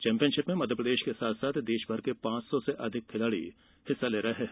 championship में मध्यप्रदेश के साथ साथ देशभर के पांच सौ से अधिक खिलाडी हिस्सा ले रहे हैं